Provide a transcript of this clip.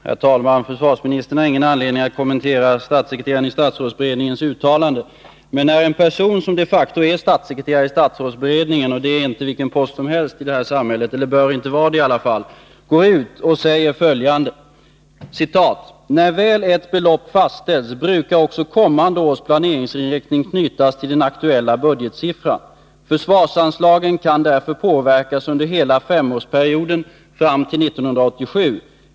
Herr talman! Försvarsministern har ingen anledning att kommentera statssekreterarens i statsrådsberedningen uttalanden, säger han. En statssekreterare i statsrådsberedningen — och det är inte vilken post som helst i detta samhälle, eller bör inte vara det i alla fall — går ut och säger följande: ”När väl ett belopp fastställts brukar också kommande års planeringsinriktning knytas till den aktuella budgetsiffran. Försvarsanslagen kan därför 73 att rädda sysselsättningen i Skinnskatteberg påverkas under hela femårsperioden fram till 1987.